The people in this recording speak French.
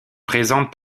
présentes